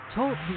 Talk